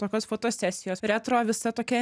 tokios fotosesijos retro visa tokia